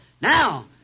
Now